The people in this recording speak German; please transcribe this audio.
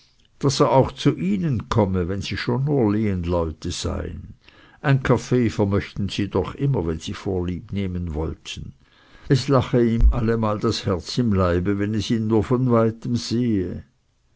daß er auch zu ihnen komme wenn sie schon nur lehenleute seien ein kaffee vermöchten sie doch immer wenn sie vorlieb nehmen wollten es lache ihm allemal das herz im leibe wenn es ihn nur von weitem sehe